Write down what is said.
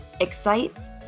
excites